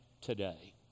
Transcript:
today